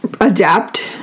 adapt